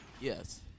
Yes